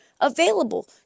available